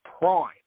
prime